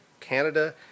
Canada